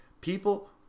people